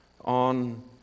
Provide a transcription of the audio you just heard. on